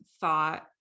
thought